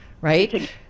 right